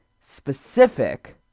specific